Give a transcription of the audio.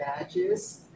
badges